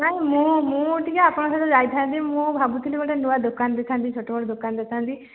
ନାଇଁ ମୁଁ ମୁଁ ଟିକେ ଆପଣଙ୍କ ସହିତ ଯାଇଥାନ୍ତି ମୁଁ ଭାବୁଥିଲି ଗୋଟେ ନୂଆ ଦୋକାନ ଦେଇଥାନ୍ତି ଛୋଟ ମୋଟ ଦୋକାନ ଦେଇଥାନ୍ତି